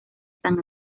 san